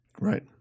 Right